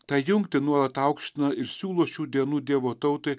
tą jungtį nuolat aukština ir siūlo šių dienų dievo tautai